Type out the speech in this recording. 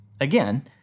Again